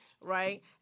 right